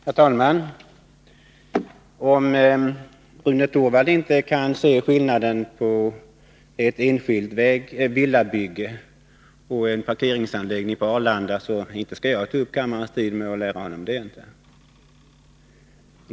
Herr talman! Om Rune Torwald inte kan se skillnaden på ett enskilt villabygge och en parkeringsanläggning på Arlanda skall jag inte ta upp kammarens tid med att lära honom det!